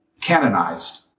canonized